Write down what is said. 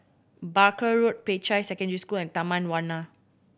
Barker Road Peicai Secondary School and Taman Warna